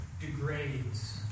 degrades